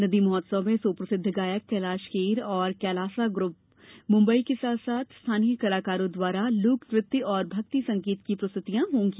नदी महोत्सव में सुप्रसिद्ध गायक कैलाश खेर एवं कैलासा ग्रुप मुम्बई के साथ साथ स्थानीय कलाकारों द्वारा लोक नृत्य और भक्ति संगीत की प्रस्तुति होगी